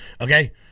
Okay